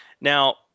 Now